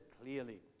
clearly